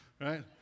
right